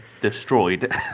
destroyed